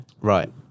Right